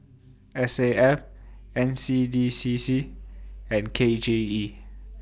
S A F N C D C C and K J E